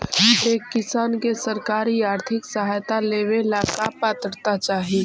एक किसान के सरकारी आर्थिक सहायता लेवेला का पात्रता चाही?